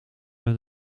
met